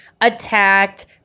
attacked